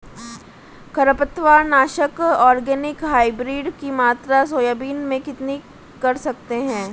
खरपतवार नाशक organic hybrid की मात्रा सोयाबीन में कितनी कर सकते हैं?